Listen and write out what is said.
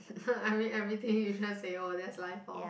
I mean everything you just say oh that's life lor